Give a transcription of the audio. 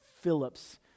Phillips